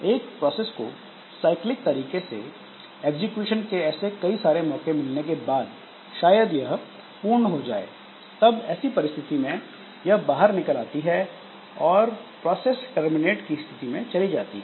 एक प्रोसेस को साइक्लिक तरीके से एग्जीक्यूशन के ऐसे कई सारे मौके मिलने के बाद शायद यह पूर्ण हो जाए तब ऐसी परिस्थिति में यह बाहर निकल जाती है और प्रोसेस टर्मिनेट की स्थिति में चली जाती है